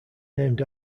named